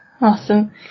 Awesome